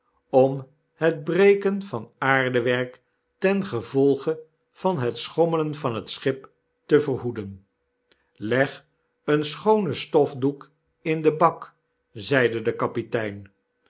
om het breken van aardewerk ten gevolge van het schommelen van het schip te verhoeden leg een schoonen stofdoek in den bak zeide de kapitein